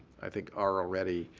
i think are already